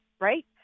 right